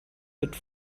mit